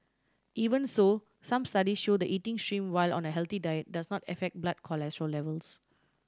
even so some study show the eating shrimp while on a healthy diet does not affect blood cholesterol levels